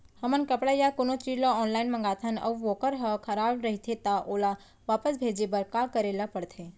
हमन कपड़ा या कोनो चीज ल ऑनलाइन मँगाथन अऊ वोकर ह खराब रहिये ता ओला वापस भेजे बर का करे ल पढ़थे?